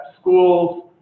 schools